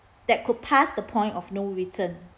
that could pass the point of no return